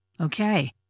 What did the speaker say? Okay